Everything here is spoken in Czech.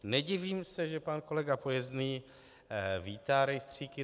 Nedivím se, že pan kolega Pojezný vítá rejstříky.